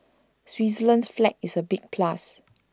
Switzerland's flag is A big plus